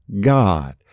God